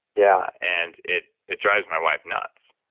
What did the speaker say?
yeah and it it drives my wife nuts,